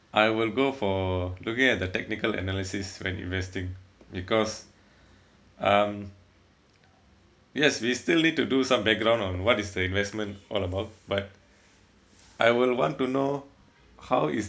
I will go for looking at the technical analysis when investing because um yes we still need to do some background on what is the investment all about but I will want to know how is